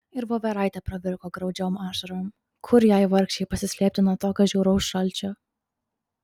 ir voveraitė pravirko graudžiom ašarom kur jai vargšei pasislėpti nuo tokio žiauraus šalčio